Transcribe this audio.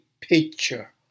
picture